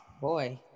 Boy